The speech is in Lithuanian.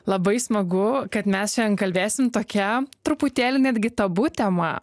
labai smagu kad mes šianden kalbėsim tokia truputėlį netgi tabu tema